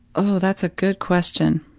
oh, that's a good question.